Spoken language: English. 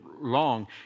long